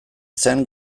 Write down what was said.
zen